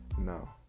No